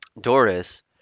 Doris